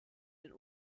den